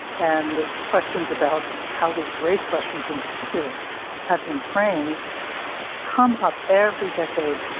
and questions about how the race questions in particular have been framed come up every decade.